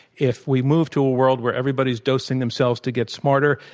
if we move to a world where everybody's dosing themselves to get smarter,